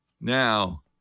Now